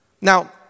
Now